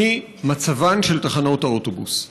היא מצבן של תחנות האוטובוס.